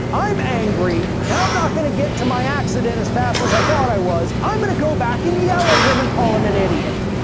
i'm angry. now i'm not going to get to my accident as fast as i thought i was. i'm going to go back and yell at him and call him an idiot.